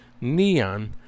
neon